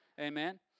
Amen